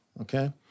okay